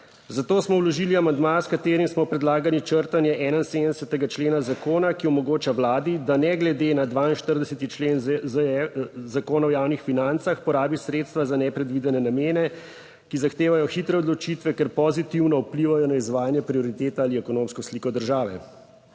Zato smo vložili amandma, s katerim smo predlagali črtanje 71. člena zakona, ki omogoča Vladi, da ne glede na 42. člen Zakona o javnih financah porabi sredstva za nepredvidene namene, ki zahtevajo hitre odločitve, ker pozitivno vplivajo na izvajanje prioritet ali ekonomsko sliko države.